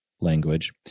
language